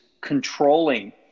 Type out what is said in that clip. controlling